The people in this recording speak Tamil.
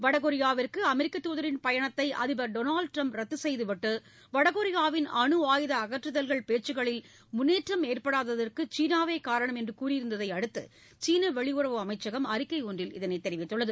வடகொரியாவிற்கு அமெரிக்கத் தூதின் பயணத்தை அதிபர் டொனால்டு டிரம்ப் ரத்து செய்துவிட்டு வடகொரியாவின் அனு ஆயுத அகற்றுதல் பேச்சுகளில் முன்னேற்றம் ஏற்படாததிற்கு சீனா காரணம் என்று கூறியிருந்ததை அடுத்து சீனா வெளியுறவு அமைச்சகம் அறிக்கை ஒன்றில் இதனை தெரிவித்துள்ளது